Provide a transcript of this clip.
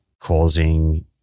causing